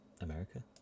America